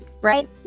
Right